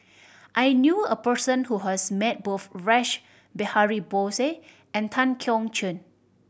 I knew a person who has met both Rash Behari Bose and Tan Keong Choon